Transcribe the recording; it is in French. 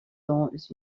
dans